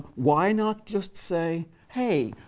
why not just say, hey,